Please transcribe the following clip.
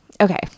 okay